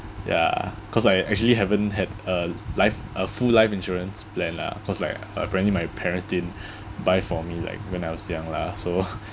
ya cause I actually haven't had a life a full life insurance plan lah cause like apparently my parents didn't buy for me like when I was young lah so